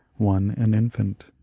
one an infant.